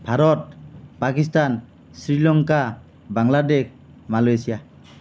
Bharat Pakistan Sri Lanka Bangladesh Malaysia